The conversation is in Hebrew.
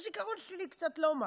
הזיכרון שלי קצת לא משהו.